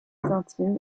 intime